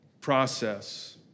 process